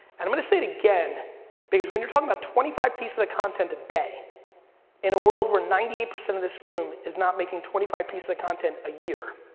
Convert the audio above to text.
and i'm gonna say it again because when you're talking about twenty five pieces of content a day in a world where ninety eight percent of this room is not making twenty five pieces of content a year,